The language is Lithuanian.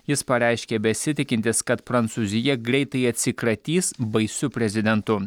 jis pareiškė besitikintis kad prancūzija greitai atsikratys baisiu prezidentu